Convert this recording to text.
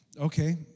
okay